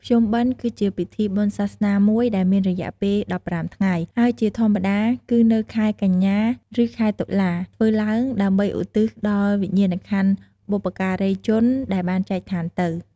ភ្ជុំបិណ្ឌគឺជាពិធីបុណ្យសាសនាមួយដែលមានរយៈពេល ១៥ថ្ងៃ ហើយជាធម្មតាគឺនៅខែកញ្ញា ឬខែតុលា ធ្វើឡើងដើម្បីឧទ្ទិសដល់វិញ្ញាណក្ខន្ធបុព្វការីជនដែលបានចែកឋានទៅ។